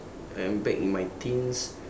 I am back in my teens